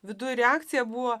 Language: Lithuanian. viduj reakcija buvo